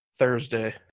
thursday